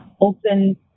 open